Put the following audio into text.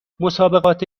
مسابقات